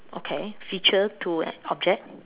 okay feature to an object